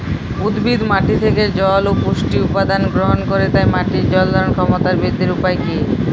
উদ্ভিদ মাটি থেকে জল ও পুষ্টি উপাদান গ্রহণ করে তাই মাটির জল ধারণ ক্ষমতার বৃদ্ধির উপায় কী?